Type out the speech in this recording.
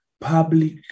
public